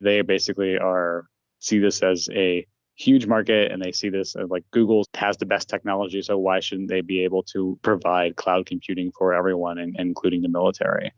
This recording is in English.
they basically are see this as a huge market and they see this as like google has the best technology. so why shouldn't they be able to provide cloud computing for everyone, and including the military?